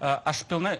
aš pilnai